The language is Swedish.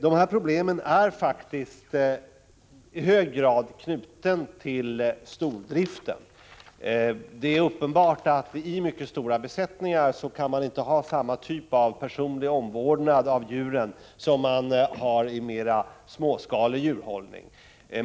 Dessa problem är faktiskt i hög grad knutna till stordriften. Det är uppenbart att man i mycket stora besättningar inte kan ha samma typ av personlig omvårdnad av djuren som i mera småskalig djurhållning.